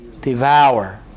devour